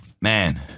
man